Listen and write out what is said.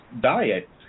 diet